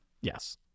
Yes